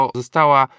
została